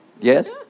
Yes